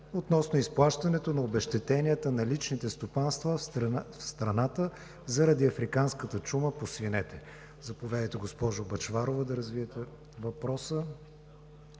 относно изплащането на обезщетенията на личните стопанства в страната заради африканската чума по свинете. Заповядайте, госпожо Бъчварова, да развиете въпроса.